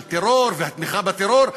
של טרור ושל תמיכה בטרור,